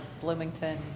Bloomington